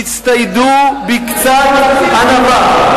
תצטיידו בקצת ענווה.